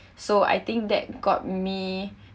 so I think that got me